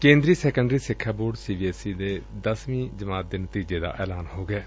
ਕੇਂਦਰੀ ਸੈਕੰਡਰੀ ਸਿਖਿਆ board C B S E ਦੇ ਦਸਵੀਂ ਜਮਾਤ ਦੇ ਨਤੀਜੇ ਦਾ ਅੱਜ ਐਲਾਨ ਹੋ ਗਿਐ